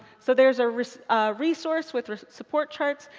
so there's a resource with support charts.